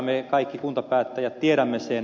me kaikki kuntapäättäjät tiedämme sen